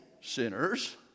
sinners